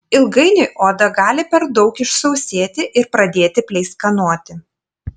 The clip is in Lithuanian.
ilgainiui oda gali per daug išsausėti ir pradėti pleiskanoti